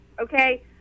okay